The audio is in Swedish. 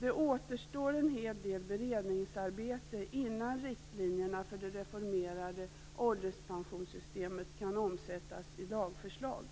Det återstår en hel del beredningsarbete innan riktlinjerna för det reformerade ålderspensionssystemet kan omsättas i lagförslag.